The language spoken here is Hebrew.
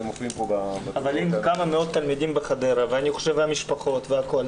אם נבדקו כמה מאות תלמידים בחדרה וכן המשפחות שלהם,